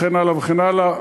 וכן הלאה וכן הלאה.